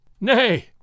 Nay